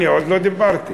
עוד לא דיברתי.